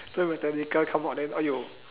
then when technical come out then !aiyo!